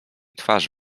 twarz